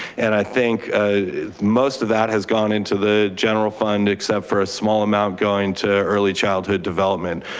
and i think most of that has gone into the general fund except for a small amount going to early childhood development.